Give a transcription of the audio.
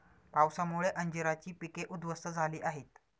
पावसामुळे अंजीराची पिके उध्वस्त झाली आहेत